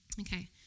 Okay